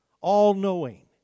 all-knowing